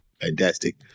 Fantastic